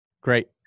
Great